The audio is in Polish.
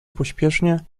pośpiesznie